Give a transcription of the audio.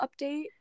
update